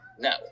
No